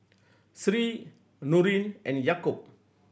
Sri Nurin and Yaakob